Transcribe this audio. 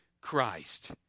Christ